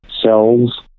cells